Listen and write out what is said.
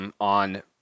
on